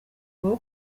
hop